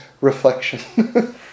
reflection